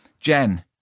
Jen